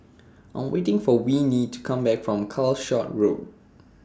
I Am waiting For Winnie to Come Back from Calshot Road